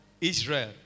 Israel